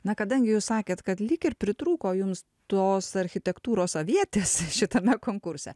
na kadangi jūs sakėt kad lyg ir pritrūko jums tos architektūros avietės šitame konkurse